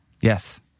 Yes